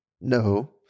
no